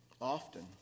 often